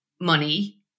money